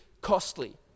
costly